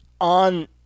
on